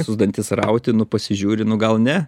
visus dantis rauti nu pasižiūri nu gal ne